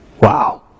wow